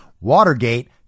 Watergate